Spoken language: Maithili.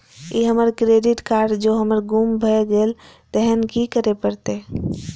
ई हमर क्रेडिट कार्ड जौं हमर गुम भ गेल तहन की करे परतै?